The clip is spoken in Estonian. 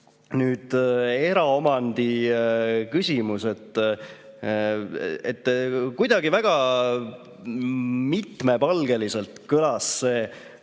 Nüüd, eraomandi küsimus. Kuidagi väga mitmepalgeliselt kõlas see